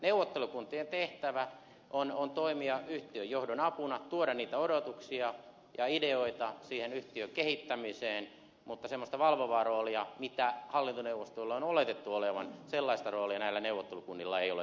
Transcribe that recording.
neuvottelukuntien tehtävä on toimia yhtiön johdon apuna tuoda niitä odotuksia ja ideoita siihen yhtiön kehittämiseen mutta semmoista valvovaa roolia mitä hallintoneuvostoilla on oletettu olevan näillä neuvottelukunnilla ei ole olemassa